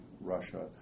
Russia